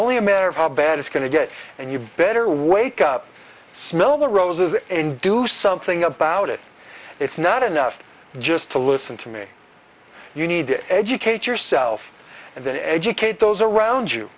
only a matter of how bad it's going to get and you better wake up smell the roses and do something about it it's not enough just to listen to me you need to educate yourself and then educate those around you